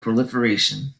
proliferation